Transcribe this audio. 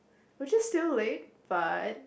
which is still late but